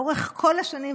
לאורך כל השנים,